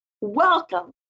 welcome